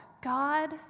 God